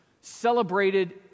celebrated